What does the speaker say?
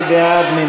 מי בעד?